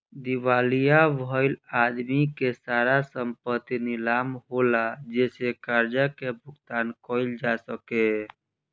दिवालिया भईल आदमी के सारा संपत्ति नीलाम होला जेसे कर्जा के भुगतान कईल जा सके